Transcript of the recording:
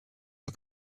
you